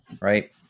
right